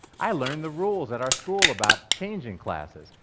i learned the rules at our school about changing classes,